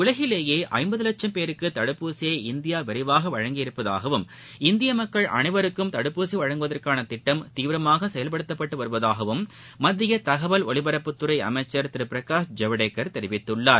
உலகிலேயேஐம்பதுவட்சும் பேருக்குதடுப்பூசியை இந்தியாவிரைவாகவழங்கியுள்ளதாகவும் இந்தியமக்கள் அளைவருக்கும் தடுப்பூசிவழங்குவதற்கானதிட்டம் தீவிரமாகசெயல்படுத்தப்பட்டுவருவதாகவும் மத்தியதகவல் ஒலிபரப்புத்துறைஅமைச்சர் திருபிரகாஷ் ஜவடேகர் தெரிவித்துள்ளார்